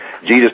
Jesus